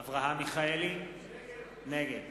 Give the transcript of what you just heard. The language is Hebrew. אברהם מיכאלי, נגד